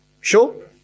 Sure